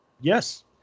yes